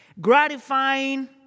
gratifying